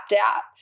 out